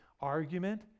argument